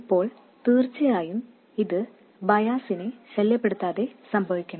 ഇപ്പോൾ തീർച്ചയായും ഇത് ബയാസിനെ ശല്യപ്പെടുത്താതെ സംഭവിക്കണം